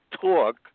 talk